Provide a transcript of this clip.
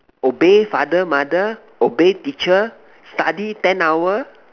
obey father mother obey teacher study ten hour